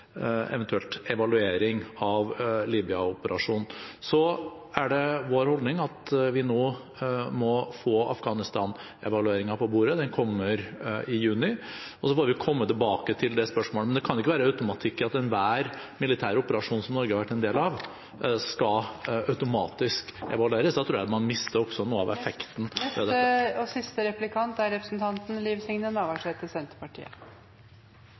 evaluering av Libya-operasjonen, er det vår holdning at vi nå må få Afghanistan-evalueringen på bordet. Den kommer i juni. Så må vi komme tilbake til det spørsmålet. Men det kan ikke være noen automatikk i at enhver militær operasjon som Norge har vært en del av, skal evalueres. Da tror jeg man mister noe av effekten ved det. Dette er